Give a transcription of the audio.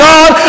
God